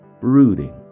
brooding